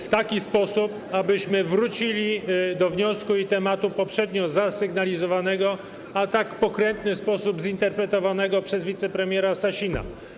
w taki sposób, abyśmy wrócili do wniosku i tematu poprzednio zasygnalizowanego, ale w tak pokrętny sposób zinterpretowanego przez wicepremiera Sasina.